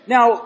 Now